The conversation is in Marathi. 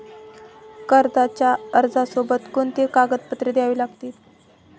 कर्जाच्या अर्जासोबत कोणती कागदपत्रे द्यावी लागतील?